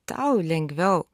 tau lengviau